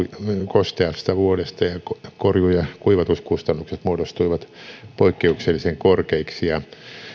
kosteasta vuodesta ja korjuu ja kuivatuskustannukset muodostuivat poikkeuksellisen korkeiksi ja